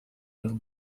will